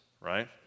right